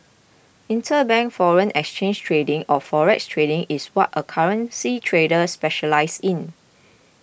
interbank foreign exchange trading or forex trading is what a currency trader specialises in